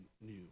new